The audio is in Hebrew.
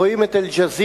רואים את "אל-ג'זירה"